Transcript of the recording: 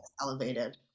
elevated